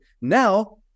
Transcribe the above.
Now